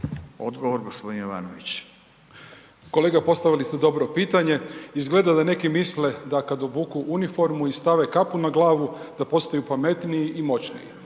odgovor. **Jovanović, Željko (SDP)** Kolega postavili ste dobro pitanje. Izgleda da neki misle da kada obuku uniformu i stave kapu na glavu da postaju pametniji i moćniji,